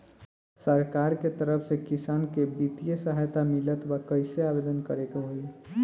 सरकार के तरफ से किसान के बितिय सहायता मिलत बा कइसे आवेदन करे के होई?